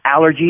allergies